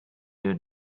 you